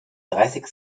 dreißig